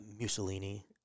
Mussolini